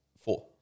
Four